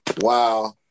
Wow